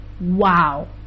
Wow